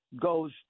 goes